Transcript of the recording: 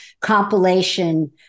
compilation